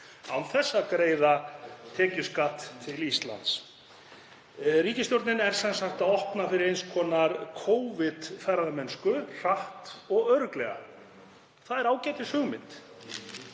án þess að greiða tekjuskatt á Íslandi. Ríkisstjórnin er sem sagt að opna fyrir eins konar Covid-ferðamennsku hratt og örugglega. Það er ágætishugmynd